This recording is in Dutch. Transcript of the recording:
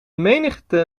menigte